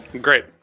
great